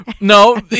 no